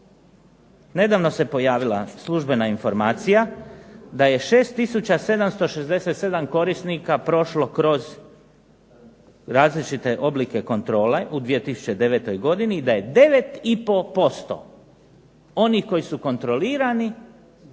Nedavno se pojavila službena informacija da je 6 tisuća 767 korisnika prošlo kroz različite oblike kontrole u 2009. godini, i da je 9 i po posto onih koji su kontrolirani